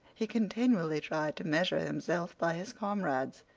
he continually tried to measure himself by his comrades.